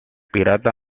pirata